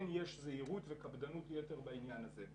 כן יש זהירות וקפדנות יתר בעניין הזה.